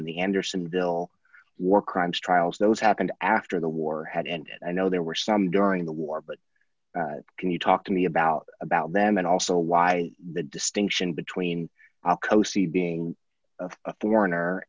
in the andersonville war crimes trials those happened after the war had and i know there were some during the war but can you talk to me about about them and also why the distinction between cosi being a foreigner